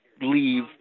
leave